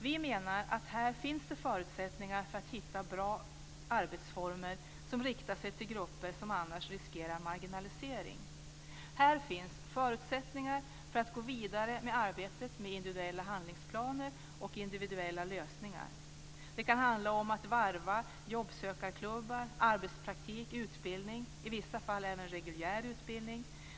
Vi menar att här finns det förutsättningar att hitta bra arbetsformer som riktar sig till grupper som annars riskerar att bli marginaliserade. Här finns förutsättningar att gå vidare med arbetet med individuella handlingsplaner och individuella lösningar. Det kan handla om att varva jobbsökarklubbar, arbetspraktik och utbildning - i vissa fall även reguljär utbildning.